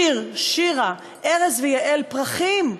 שיר, שירה, ארז ויעל, פרחים,